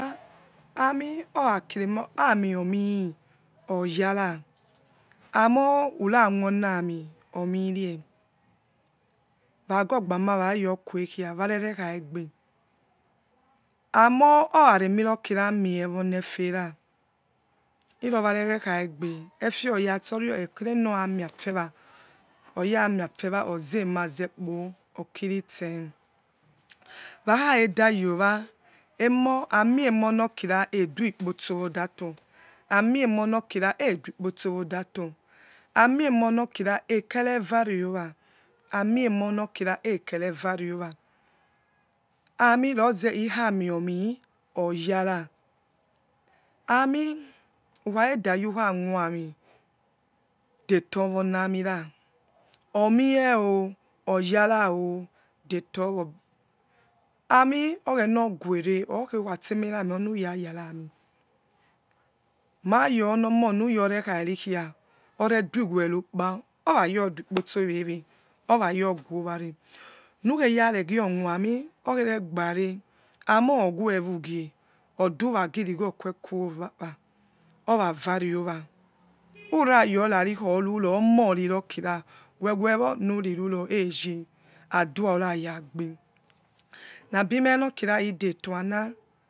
a- ami orakire si mo amior mie or yara amor, urqwonami omirie wago boma way squekhi wererekhajbe amor oraremirokiramie onepra inowa rerekhagbe efeorase ryokhokerenorg miapewa oyamipewa ozemazekpo okirisch wakhakheda yows emoher amimonokira eduekpotso wadato amiemo nokira eduepotso wadato amienionokira ekere vardowa amie monokira ekere vare owa amie roze iriami omi or jana amiukha khede your wrhaubami beto wonami ra omie oyarar o debono amie aghena aguwere ukhe steme yanami onu ragarami narzesma you onomons mys rekharami ma yor onomona uyo rekharikmia oreduwe nokpa oyanodiwikpotso wewe onayoguoware nukheyavegio ame okheregbare amor owewugie oduwenia girigho khowa travaveowa urayorari khoruro omon rirokira wewewony riruro eyeh aduarurayagbe nabi menokira idetona.